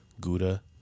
Gouda